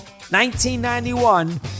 1991